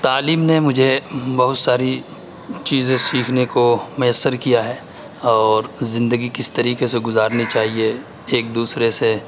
تعلیم نے مجھے بہت ساری چیزیں سیکھنے کو میسر کیا ہے اور زندگی کس طریقے سے گزارنی چاہیے ایک دوسرے سے